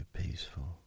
peaceful